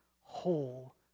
whole